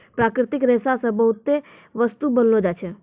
प्राकृतिक रेशा से बहुते बस्तु बनैलो जाय छै